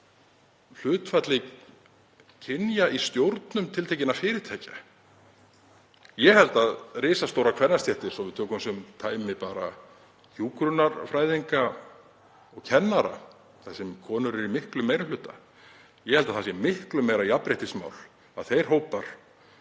hlutfalli kynja í stjórnum tiltekinna fyrirtækja? Ég held að risastórar kvennastéttir, svo við tökum sem dæmi hjúkrunarfræðinga og kennara, þar sem konur eru í miklum meiri hluta, álíti það miklu meira jafnréttismál að þeir hópar